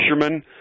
fisherman